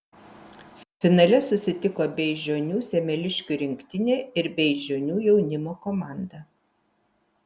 finale susitiko beižionių semeliškių rinktinė ir beižionių jaunimo komanda